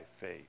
faith